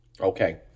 Okay